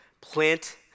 plant